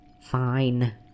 Fine